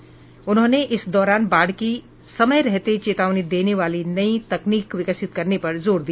प्रधानमंत्री ने इस दौरान बाढ़ की समय रहते चेतावनी देने वाली नई तकनीक विकसित करने पर जोर दिया